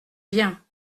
viens